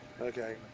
Okay